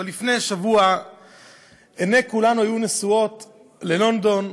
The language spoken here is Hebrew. אבל לפני שבוע עיני כולנו היו נשואות ללונדון.